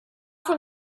from